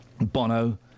Bono